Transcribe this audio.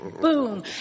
boom